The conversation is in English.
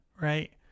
right